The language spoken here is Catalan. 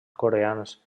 coreans